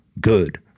Good